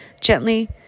gently